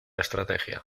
estrategia